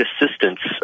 assistance